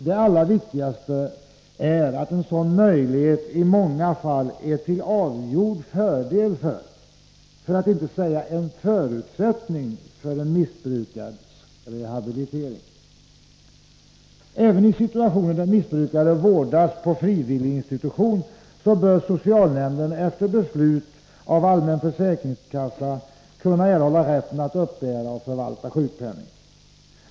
Det allra viktigaste är att en sådan möjlighet i många fall är till avgjord fördel — för att inte säga en förutsättning — för en missbrukares rehabilitering. Även i situationer där missbrukare vårdas på frivillig institution bör socialnämnden, efter beslut av allmän försäkringskassa, kunna erhålla rätten att uppbära och förvalta sjukpenning.